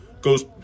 goes